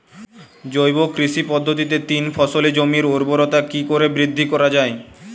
জৈব কৃষি পদ্ধতিতে তিন ফসলী জমির ঊর্বরতা কি করে বৃদ্ধি করা য়ায়?